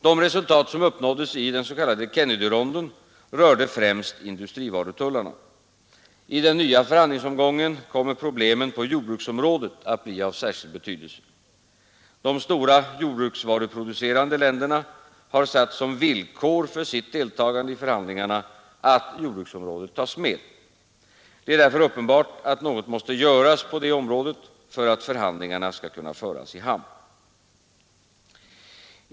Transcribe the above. De resultat som uppnåddes i Kennedyronden rörde främst industrivarutullarna. I den nya förhandlingsomgången kommer problemen på jordbruksområdet att bli av särskild betydelse. De stora jordbruksvaruproducerande länderna har satt som villkor för sitt deltagande i förhandlingarna att jordbruksområdet tas med. Det är därför uppenbart att något måste göras på detta område för att förhandlingarna skall kunna föras i hamn.